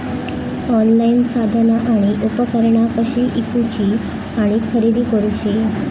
Online साधना आणि उपकरणा कशी ईकूची आणि खरेदी करुची?